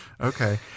Okay